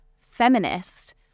feminist